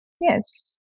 Yes